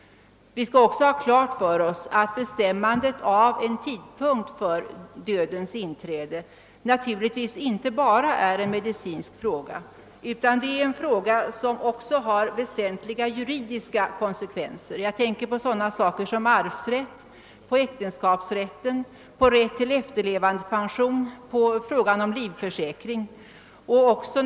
Bestämmandet av en tidpunkt för dödens inträde är inte bara en medicinsk fråga, utan den har väsentliga juridiska konsekvenser; jag tänker på t.ex. arvsrätten, äktenskapsrätten, rätten till efterlevandepension och frågan om livförsäkring.